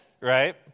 Right